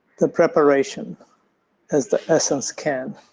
the preparation as the essence can.